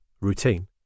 routine